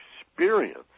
experience